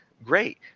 Great